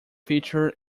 feature